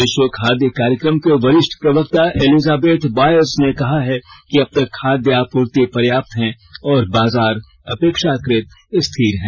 विश्व खाद्य कार्यक्रम के वरिष्ठ प्रवक्ता एलिजाबेथ बायर्स ने कहा है कि अब तक खाद्य आपूर्ति पर्याप्त है और बाजार अपेक्षाकृत स्थिर हैं